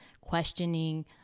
questioning